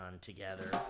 together